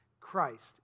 Christ